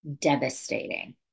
devastating